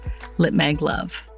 litmaglove